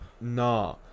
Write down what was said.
Nah